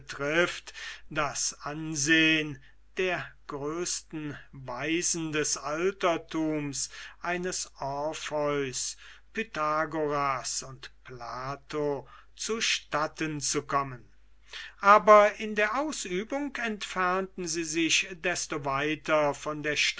das ansehen der größten weisen des altertums eines orpheus pythagoras und plato zu statten zu kommen aber in der ausübung entfernten sie sich desto weiter von der